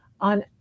on